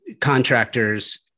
contractors